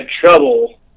trouble